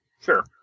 Sure